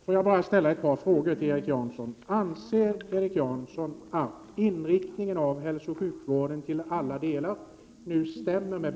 Fru talman! Får jag bara ställa några frågor till Erik Janson. Anser Erik Janson att inriktningen av hälsooch sjukvården till alla delar nu stämmer med